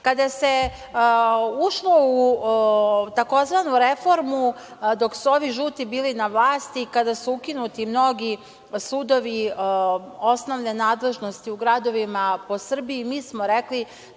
se ušlo u tzv. reformu, dok su ovi žuti bili na vlasti, kada su ukinuti mnogi sudovi, osnovne nadležnosti u gradovima po Srbiji, mi smo rekli